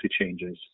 changes